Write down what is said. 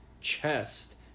chest